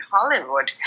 Hollywood